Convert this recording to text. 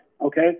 okay